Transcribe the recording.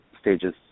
stages